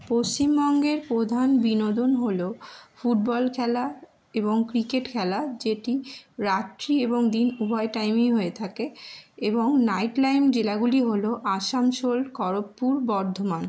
পশ্চিমবঙ্গের প্রধান বিনোদন হলো ফুটবল খেলা এবং ক্রিকেট খেলা যেটি রাত্রি এবং দিন উভয় টাইমেই হয়ে থাকে এবং নাইট লাইম জেলাগুলি হলো আসানসোল খড়পপুর বর্ধমান